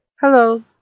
Hello